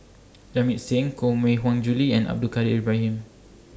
Jamit Singh Koh Mui Hiang Julie and Abdul Kadir Ibrahim